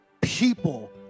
people